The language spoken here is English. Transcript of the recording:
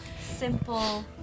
simple